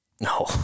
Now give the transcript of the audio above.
no